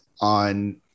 on